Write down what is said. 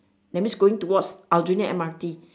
that means going towards aljunied M_R_T